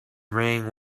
rang